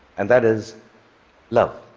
and that is love.